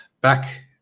Back